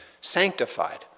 sanctified